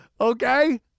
Okay